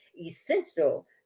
essential